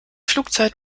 flugzeit